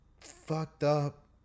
fucked-up